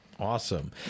Awesome